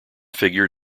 figure